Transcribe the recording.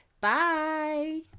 Bye